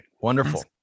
Wonderful